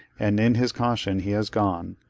and in his caution he has gone,